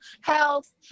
health